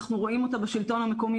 אנחנו רואים אותה בשלטון המקומי,